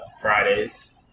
Fridays